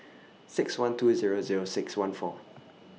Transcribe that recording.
six one two Zero Zero six one four